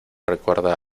recuerda